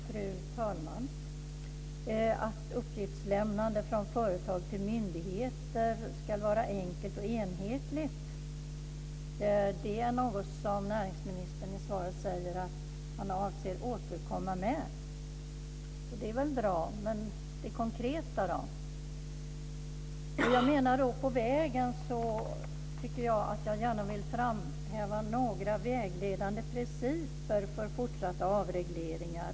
Fru talman! Att uppgiftslämnande från företag till myndigheter ska vara enkelt och enhetligt är något som näringsministern i svaret säger att han avser att återkomma till. Och det är väl bra, men det konkreta då? På vägen vill jag gärna framhäva några vägledande principer för fortsatta avregleringar.